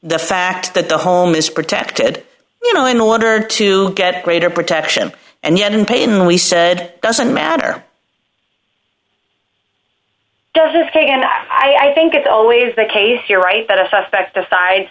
the fact that the home is protected you know in order to get greater protection and yet in pain we said doesn't matter doesn't pay and i think it's always the case you're right that a suspect decides